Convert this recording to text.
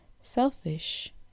selfish